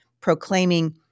proclaiming